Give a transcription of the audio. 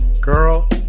girl